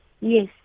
Yes